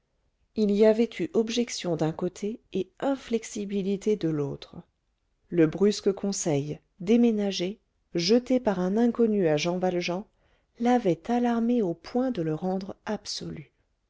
il y avait eu objection d'un côté et inflexibilité de l'autre le brusque conseil déménagez jeté par un inconnu à jean valjean l'avait alarmé au point de le rendre absolu